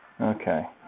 Okay